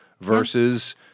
versus